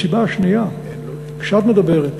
הסיבה השנייה: כשאת מדברת